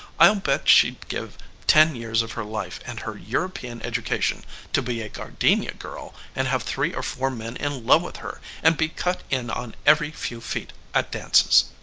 i'll bet she'd give ten years of her life and her european education to be a gardenia girl and have three or four men in love with her and be cut in on every few feet at dances.